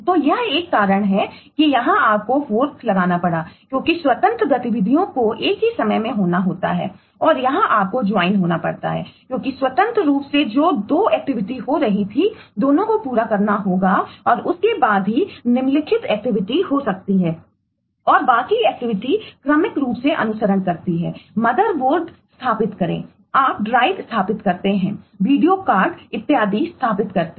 तो यह एक कारण है कि यहां आपको फोर्क का मूल उद्देश्य है